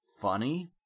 funny